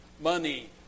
money